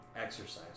exercise